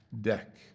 deck